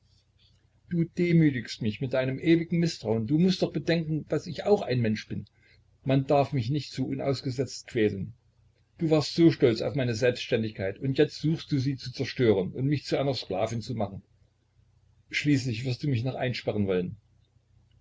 du demütigst mich mit deinem ewigen mißtrauen du mußt doch bedenken daß ich auch ein mensch bin man darf mich nicht so unausgesetzt quälen du warst so stolz auf meine selbständigkeit und jetzt suchst du sie zu zerstören und mich zu einer sklavin zu machen schließlich wirst du mich noch einsperren wollen